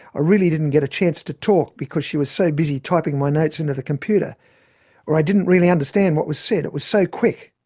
ah really didn't get a chance to talk, because she was so busy typing my notes into the computer' or, i didn't really understand what was said it was so quick'.